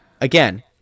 Again